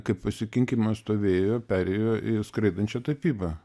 kaip pasikinkymas to vėjo perėjo į skraidančią tapybą